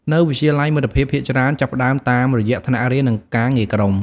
នៅវិទ្យាល័យ មិត្តភាពភាគច្រើនចាប់ផ្តើមតាមរយៈថ្នាក់រៀន និងការងារក្រុម។